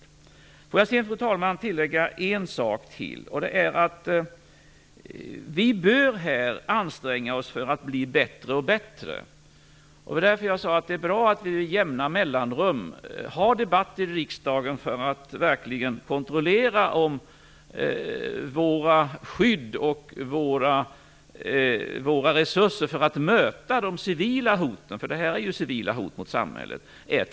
Fru talman! Jag vill tillägga ytterligare en sak. Vi bör här anstränga oss för att bli bättre och bättre. Därför är det bra att vi med jämna mellanrum har debatter i riksdagen för att verkligen kontrollera om vårt skydd och våra resurser för att möta de civila hoten är tillräckliga. Detta är ju civila hot mot samhället.